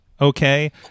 okay